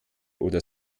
oder